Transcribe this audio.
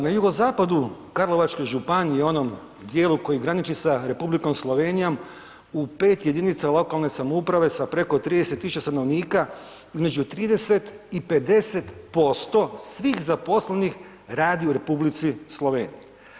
Na jugozapadu Karlovačke županije, u onom dijelu koji graniči sa Republikom Slovenijom, u 5 jedinica lokalne samouprave sa preko 30 000 stanovnika između 30 i 50% svih zaposlenih radi u Republici Sloveniji.